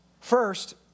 First